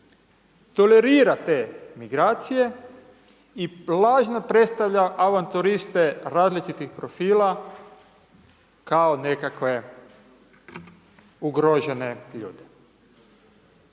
tolerira te migracije i lažno predstavlja avanturiste različitih profila kao nekakve ugrožene ljude.